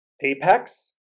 Apex